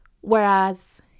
Whereas